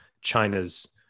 China's